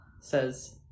says